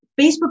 Facebook